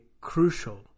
crucial